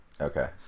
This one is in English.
Okay